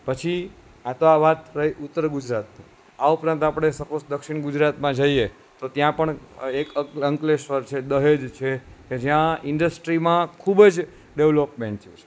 પછી આ તો આ વાત થઈ ઉત્તર ગુજરાતની આ ઉપરાંત આપણે સપોસ દક્ષિણ ગુજરાતમાં જઈએ તો ત્યાં પણ એક અંકલેશ્વર છે દહેજ છે કે જ્યાં ઇન્ડસ્ટ્રીમાં ખૂબ જ ડેવલોપમેન્ટ છે